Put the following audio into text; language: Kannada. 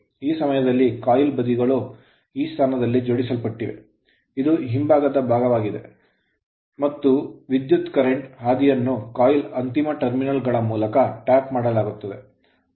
ಈ ಸಮಯದಲ್ಲಿ coil ಕಾಯಿಲ್ ಬದಿಗಳು ಈ ಸ್ಥಾನದಲ್ಲಿ ಜೋಡಿಸಲ್ಪಟ್ಟಿವೆ ಇದು ಹಿಂಭಾಗದ ಭಾಗವಾಗಿದೆ ಮತ್ತು ವಿದ್ಯುತ್ ಕರೆಂಟ್ ಹಾದಿಯನ್ನು coil ಕಾಯಿಲ್ ಅಂತಿಮ ಟರ್ಮಿನಲ್ ಗಳ ಮೂಲಕ ಟ್ಯಾಪ್ ಮಾಡಲಾಗುತ್ತದೆ